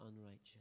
unrighteous